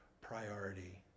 priority